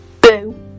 Boo